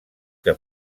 que